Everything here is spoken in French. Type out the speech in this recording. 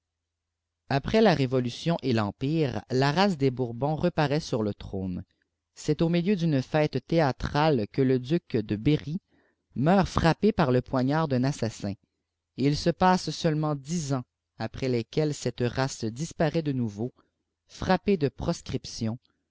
après la révolution et rèmpre a racé des bourbons reparait sur le trône c'est au milieu d'une fête théâtrale pie le duc de berry meurt frappé par le poignard d'un assassin et il se passeulement dix ans après lesquels cette race dparait de nouveau frappée de proscription